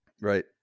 Right